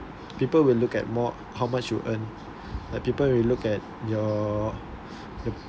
people will look at more how much you earn like people will look at your